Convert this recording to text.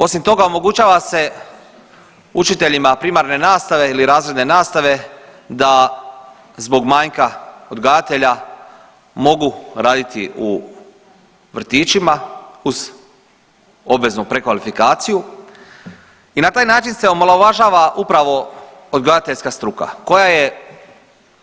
Osim toga omogućava se učiteljima primarne nastave ili razredne nastave da zbog manjka odgajatelja mogu raditi u vrtićima uz obveznu prekvalifikaciju i na taj način se omalovažava upravo odgajateljska struka koja je